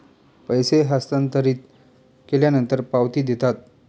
पैसे हस्तांतरित केल्यानंतर पावती देतात